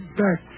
back